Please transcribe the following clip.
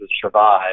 survive